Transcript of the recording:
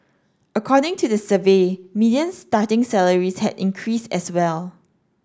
according to the survey median starting salaries had increased as well